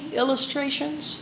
illustrations